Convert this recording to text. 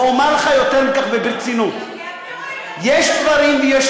ואומר לך יותר מכך וברצינות: יש דברים ויש